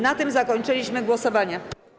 Na tym zakończyliśmy głosowania.